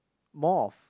more of